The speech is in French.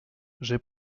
j’ai